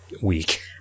week